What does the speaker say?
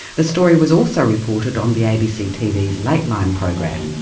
the story was also reported on the abc tv's lateline program.